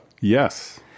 Yes